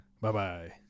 Bye-bye